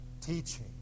teaching